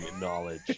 knowledge